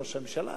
ראש הממשלה,